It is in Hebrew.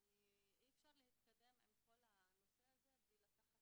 אי אפשר להתקדם עם כל הנושא הזה בלי לקחת